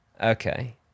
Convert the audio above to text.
okay